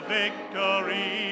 victory